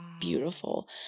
beautiful